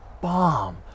bomb